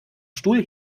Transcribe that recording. stuhl